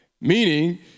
Meaning